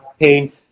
pain